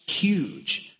huge